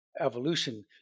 evolution